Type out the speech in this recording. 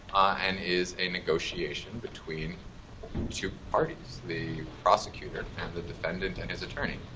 and is a negotiation between two parties the prosecutor and the defendant and his attorney.